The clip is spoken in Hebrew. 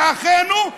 לאחינו,